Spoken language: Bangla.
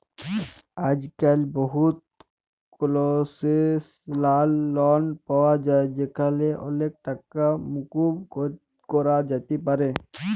আইজক্যাল বহুত কলসেসলাল লন পাওয়া যায় যেখালে অলেক টাকা মুকুব ক্যরা যাতে পারে